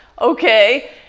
okay